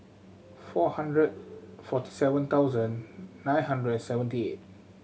four hundred forty seven thousand nine hundred and seventy eight